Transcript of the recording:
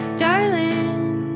darling